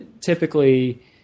typically